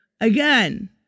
Again